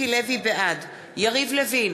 בעד יריב לוין,